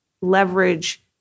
leverage